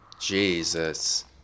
Jesus